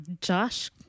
Josh